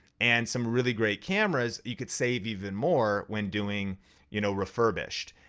and some really great cameras you could save even more when doing you know refurbished.